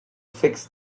fix